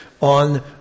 on